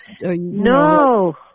no